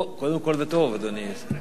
קודם כול, זה טוב, אדוני.